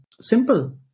simple